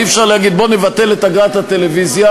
אי-אפשר להגיד: בוא נבטל את אגרת הטלוויזיה,